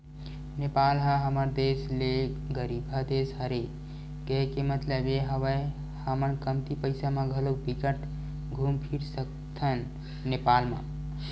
नेपाल ह हमर देस ले गरीबहा देस हरे, केहे के मललब ये हवय हमन कमती पइसा म घलो बिकट घुम फिर सकथन नेपाल म